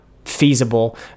feasible